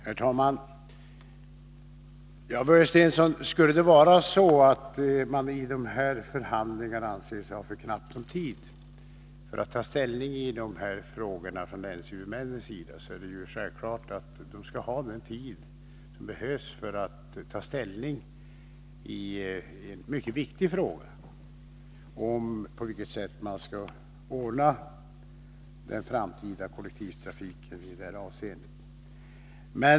Herr talman! Skulle det vara så, Börje Stensson, att länshuvudmännen anser sig ha för knappt om tid för förhandlingarna och för att ta ställning till frågorna, så vill jag säga att jag finner det självklart att de skall få den tid som behövs för att ta ställning till denna mycket viktiga fråga om på vilket sätt - Nr 104 man skall ordna den framtida kollektivtrafiken.